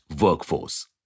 workforce